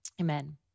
Amen